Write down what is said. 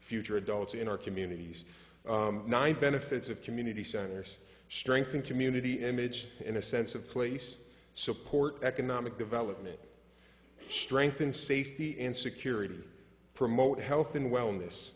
future adults in our communities nine benefits of community centers strengthen community image in a sense of place support economic development strengthen safety and security promote health and wellness